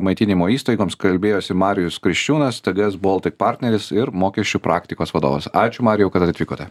maitinimo įstaigoms kalbėjosi marijus kriščiūnas tgs baltic partneris ir mokesčių praktikos vadovas ačiū marijau kad atvykote